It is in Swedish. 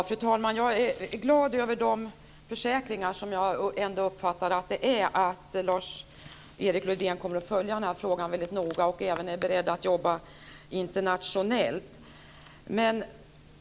Fru talman! Jag är glad över de försäkringar, som jag ändå uppfattade att det är, från Lars-Erik Lövdén att han kommer att följa den här frågan väldigt noga och även är beredd att jobba internationellt.